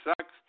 sucks